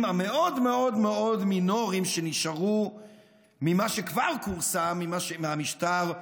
המאוד-מאוד מינוריים שנשארו ממה שכבר כורסם מהמשטר,